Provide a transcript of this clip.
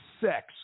sex